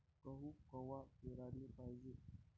गहू कवा पेराले पायजे?